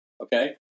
Okay